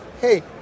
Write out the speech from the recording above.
hey